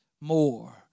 more